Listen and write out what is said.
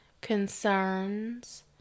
concerns